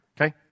okay